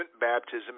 baptism